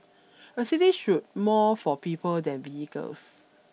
a city should more for people than vehicles